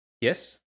Yes